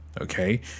okay